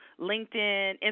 linkedin